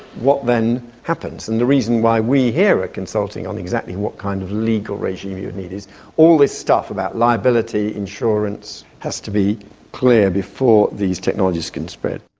what then happens? and the reason why we here are ah consulting on exactly what kind of legal regime you'd need is all this stuff about liability insurance has to be clear before these technologies can spread.